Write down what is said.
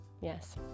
yes